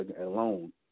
alone